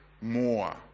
More